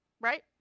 right